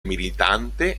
militante